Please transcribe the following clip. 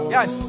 Yes